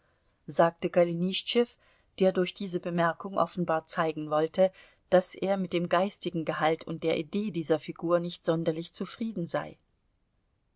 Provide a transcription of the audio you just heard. sagte golenischtschew der durch diese bemerkung offenbar zeigen wollte daß er mit dem geistigen gehalt und der idee dieser figur nicht sonderlich zufrieden sei